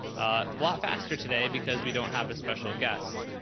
a lot faster today, because we don't have a special guest,